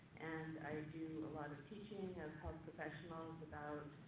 and i do a lot of teaching of health professionals about